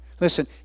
Listen